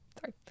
sorry